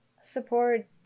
support